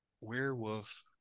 Werewolf